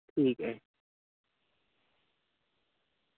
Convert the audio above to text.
ठीक ऐ